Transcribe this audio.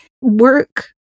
work